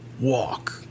Walk